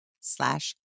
slash